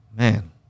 Man